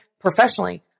professionally